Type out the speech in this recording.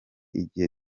igihe